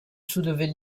soulever